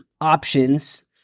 options